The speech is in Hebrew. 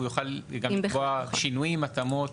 והוא יוכל לקבוע שינויים, התאמות.